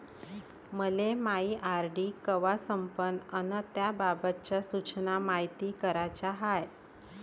मले मायी आर.डी कवा संपन अन त्याबाबतच्या सूचना मायती कराच्या हाय